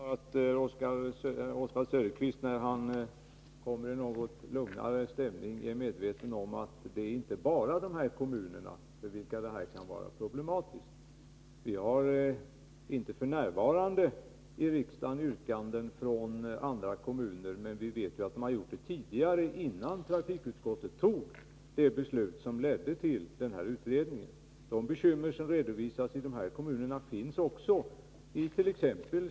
Fru talman! Jag antar att Oswald Söderqvist, när han befinner sig i en något lugnare stämning, är medveten om att det inte bara är för dessa kommuner som det här kan vara problematiskt. F.n. har vi inte här i riksdagen yrkanden från andra kommuner, men vi vet att det fanns sådana tidigare, innan trafikutskottet tillstyrkte det beslut som ledde till den här utredningen. De bekymmer som redovisas i dessa fyra kommuner finns också it.ex.